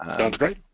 sounds great.